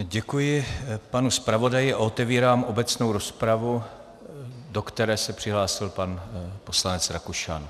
Děkuji panu zpravodaji a otevírám obecnou rozpravu, do které se přihlásil pan poslanec Rakušan.